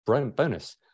bonus